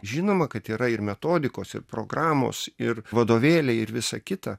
žinoma kad yra ir metodikos ir programos ir vadovėliai ir visa kita